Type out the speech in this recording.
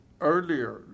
earlier